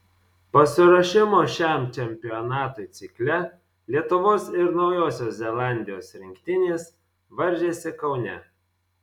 pasiruošimo šiam čempionatui cikle lietuvos ir naujosios zelandijos rinktinės varžėsi kaune